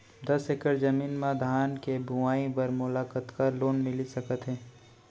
दस एकड़ जमीन मा धान के बुआई बर मोला कतका लोन मिलिस सकत हे?